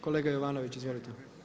Kolega Jovanović, izvolite.